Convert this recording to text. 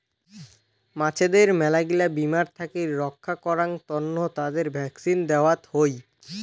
মাছদের মেলাগিলা বীমার থাকি রক্ষা করাং তন্ন তাদের ভ্যাকসিন দেওয়ত হই